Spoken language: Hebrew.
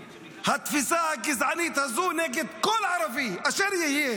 התפיסה הגזענית הזו נגד כל ערבי באשר יהיה